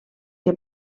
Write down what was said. que